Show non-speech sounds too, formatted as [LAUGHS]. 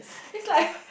it's like [LAUGHS]